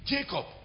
Jacob